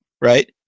right